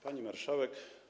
Pani Marszałek!